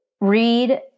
read